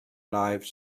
lives